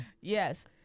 yes